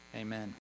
amen